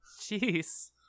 jeez